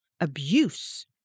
abuse